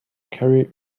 carry